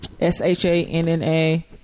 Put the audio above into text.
S-H-A-N-N-A